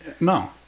No